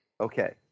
Okay